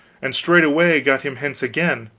and straightway got him hence again,